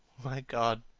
my god!